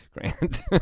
Grant